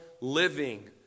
living